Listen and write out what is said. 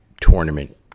tournament